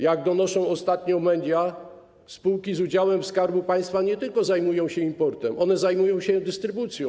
Jak donoszą ostatnio media, spółki z udziałem Skarbu Państwa nie tylko zajmują się importem, one zajmują się też dystrybucją.